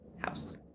house